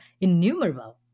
innumerable